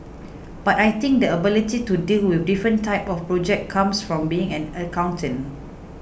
but I think the ability to deal with different types of projects comes from being an accountant